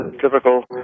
typical